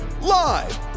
Live